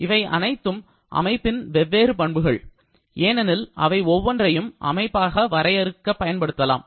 இவை அனைத்தும் அமைப்பின் வெவ்வேறு பண்புகள் ஏனெனில் அவை ஒவ்வொன்றையும் அமைப்பை வரையறுக்க பயன்படுத்தலாம்